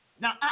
Now